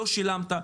לא שילמת,